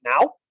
now